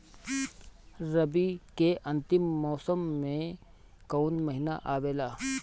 रवी के अंतिम मौसम में कौन महीना आवेला?